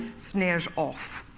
snares off.